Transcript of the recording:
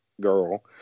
girl